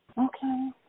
Okay